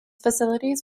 facilities